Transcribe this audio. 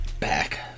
Back